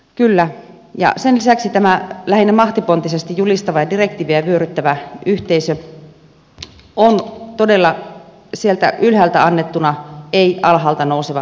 kyllä ja sen lisäksi tämä lähinnä mahtipontisesti julistava ja direktiivejä vyöryttävä yhteisö on todella sieltä ylhäältä annettu ei alhaalta nouseva demokraattinen yhteisö